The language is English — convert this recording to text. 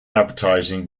advertising